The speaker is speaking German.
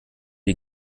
die